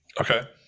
Okay